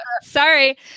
Sorry